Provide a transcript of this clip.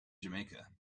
jamaica